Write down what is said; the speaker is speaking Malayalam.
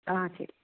ആ ശരി